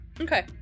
Okay